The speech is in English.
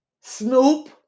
Snoop